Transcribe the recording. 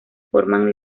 forman